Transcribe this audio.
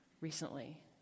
recently